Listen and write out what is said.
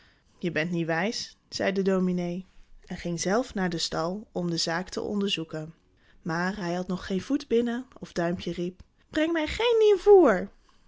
je bent niet wijs zei de dominé en ging zelf naar den stal om de zaak te onderzoeken maar hij had nog geen voet binnen of duimpje riep breng mij geen nieuw voêr